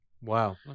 Wow